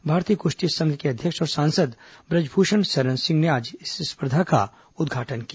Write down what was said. भारतीय कुश्ती संघ के अध्यक्ष और सांसद ब्रजभूषण सरन सिंह ने आज इस स्पर्धा का उद्घाटन किया